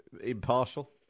impartial